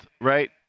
right